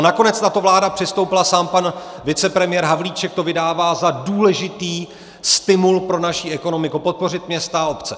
Nakonec na to vláda přistoupila, sám pan vicepremiér Havlíček to vydává za důležitý stimul pro naši ekonomiku, podpořit města a obce.